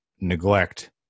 neglect